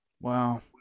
Wow